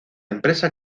empresa